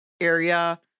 area